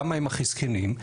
למה הם הכי זקנים?